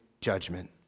judgment